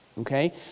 Okay